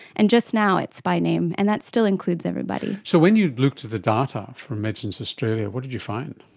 and just now it's by name, and that still includes everybody. so when you look at the data from medicines australia, what did you find?